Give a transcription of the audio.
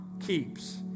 keeps